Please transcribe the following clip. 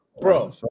Bro